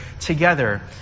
together